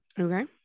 okay